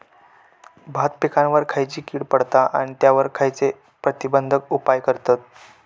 भात पिकांवर खैयची कीड पडता आणि त्यावर खैयचे प्रतिबंधक उपाय करतत?